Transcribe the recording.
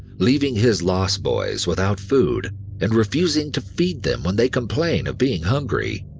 leaving his lost boys without food and refusing to feed them when they complain of being hungry.